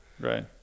Right